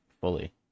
fully